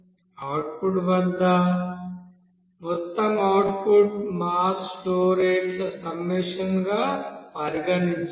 output వద్ద మొత్తం output mass flow రేట్ల సమ్మషన్ గా పరిగణించండి